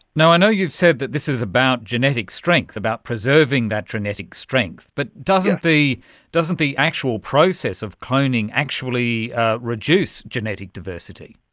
know know you've said that this is about genetic strength, about preserving that genetic strength, but doesn't the doesn't the actual process of cloning actually reduce genetic diversity?